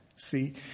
See